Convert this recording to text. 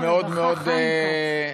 שהיא מאוד מאוד נכונה.